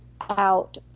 out